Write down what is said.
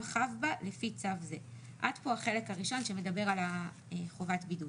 חב בה לפי צו זה." עד פה החלק הראשון שמדבר על חובת בידוד,